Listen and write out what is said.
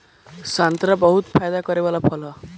संतरा बहुते फायदा करे वाला फल हवे